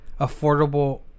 affordable